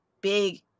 big